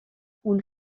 پول